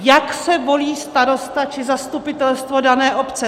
Jak se volí starosta či zastupitelstvo dané obce?